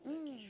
mm